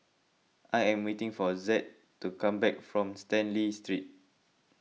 I am waiting for Zed to come back from Stanley Street